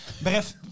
Bref